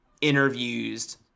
interviews